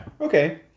Okay